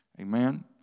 Amen